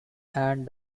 and